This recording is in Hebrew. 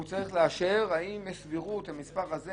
הוא צריך לאשר אם יש סבירות למספר הזה,